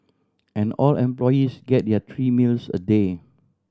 and all employees get there three meals a day